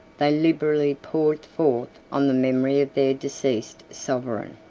they liberally poured forth on the memory of their deceased sovereign.